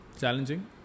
challenging